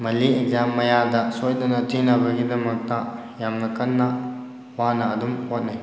ꯃꯜꯂꯤ exam ꯃꯌꯥꯗ ꯁꯣꯏꯗꯅ ꯊꯤꯅꯕꯒꯤꯗꯃꯛꯇ ꯌꯥꯝꯅ ꯀꯟꯅ ꯋꯥꯅ ꯑꯗꯨꯝ ꯍꯣꯠꯅꯩ